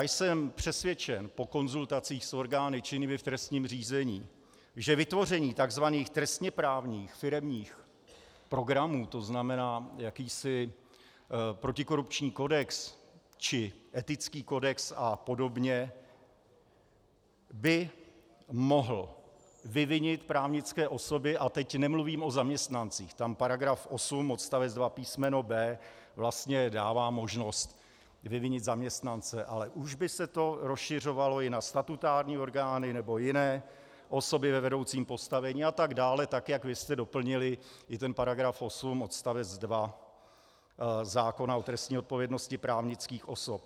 Jsem přesvědčen po konzultacích s orgány činnými v trestním řízení, že vytvoření takzvaných trestněprávních firemních programů, to znamená jakýsi protikorupční kodex či etický kodex a podobně, by mohl vyvinit právnické osoby, a teď nemluvím o zaměstnancích, tam § 8 odst. 2 písmeno b) vlastně dává možnost vyvinit zaměstnance, ale už by se to rozšiřovalo i na statutární orgány nebo jiné osoby ve vedoucím postavení atd., tak jak vy jste doplnili ten § 8 odst. 2 zákona o trestní odpovědnosti právnických osob.